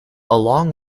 along